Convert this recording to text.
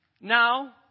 now